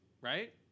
Right